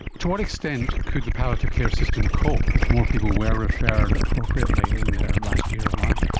to what extent could the palliative care system cope if more people were referred appropriately in their last year of life?